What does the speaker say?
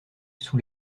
sous